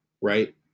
right